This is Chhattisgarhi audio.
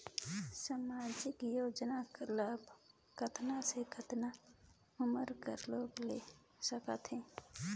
समाजिक योजना कर लाभ कतना से कतना उमर कर लोग ले सकथे?